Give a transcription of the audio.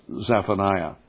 Zephaniah